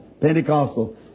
Pentecostal